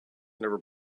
never